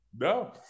No